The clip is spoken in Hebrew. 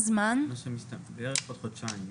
בערך עוד חודשיים.